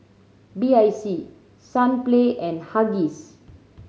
B I C Sunplay and Huggies